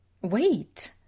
Wait